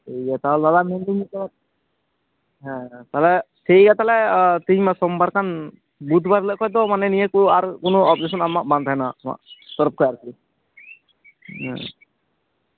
ᱴᱷᱤᱠ ᱜᱮᱭᱟ ᱛᱟᱦᱚᱞᱮ ᱫᱟᱫᱟ ᱢᱮᱱᱮᱫᱟᱹᱧ ᱛᱚ ᱦᱮᱸ ᱛᱟᱦᱚᱞᱮ ᱴᱷᱤᱠ ᱜᱮᱭᱟ ᱛᱟᱦᱚᱞᱮ ᱛᱮᱦᱮᱧ ᱢᱟ ᱥᱳᱢᱵᱟᱨ ᱠᱟᱱ ᱵᱩᱫ ᱵᱟᱨ ᱦᱤᱞᱳᱜ ᱠᱷᱚᱡ ᱫᱚ ᱢᱟᱱᱮ ᱱᱤᱭᱟᱹ ᱠᱚ ᱟᱨ ᱠᱚᱱᱳ ᱚᱵᱡᱮᱥᱮᱱ ᱟᱢᱟᱜ ᱵᱟᱝ ᱛᱟᱦᱮᱱᱟ ᱟᱢᱟᱜ ᱛᱚᱨᱚᱯ ᱠᱷᱚᱡ ᱟᱨ ᱠᱤ